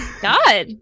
god